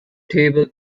table